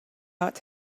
ought